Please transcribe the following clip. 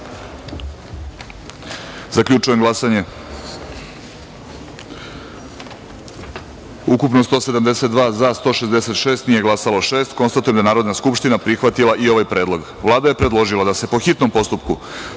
predlog. Zaključujem glasanje: ukupno – 172, za – 166, nije glasalo – šest. Konstatujem da je Narodna skupština prihvatila i ovaj predlog. Vlada je predložila da se, po hitnom postupku,